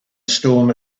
storm